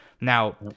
Now